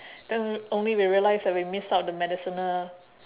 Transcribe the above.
then only we realised that we missed out the medicinal